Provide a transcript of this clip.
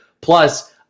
Plus